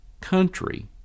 country